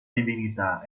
divinità